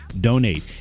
donate